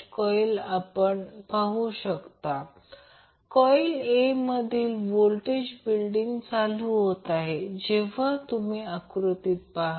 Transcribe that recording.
तर ही संज्ञा नाहीशी होईल म्हणून RL निश्चित ठेवल्यास पॉवर जास्तीत जास्त आहे